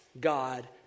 God